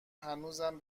هنوزم